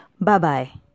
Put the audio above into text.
Bye-bye